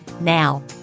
Now